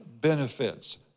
benefits